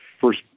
first